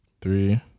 three